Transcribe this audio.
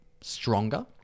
stronger